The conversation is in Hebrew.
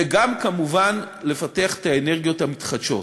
וגם כמובן לפתח את האנרגיות המתחדשות.